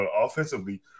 offensively